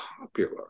popular